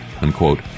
unquote